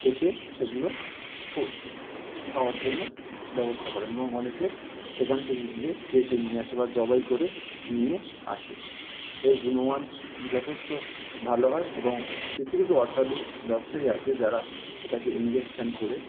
কেটে সেগুলো খাওয়ার জন্য ব্যবস্থা করেন এবং অনেকে সেখান থেকে গিয়ে কেটে নিয়ে আসে বা জবাই করে নিয়ে আসে এদের গুণমান যথেষ্ট ভালো হয় এবং কিছু কিছু অসাধু ব্যবসায়ী আছে যারা সেটাকে ইনজেকশান করে